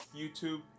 YouTube